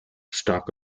stock